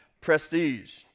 prestige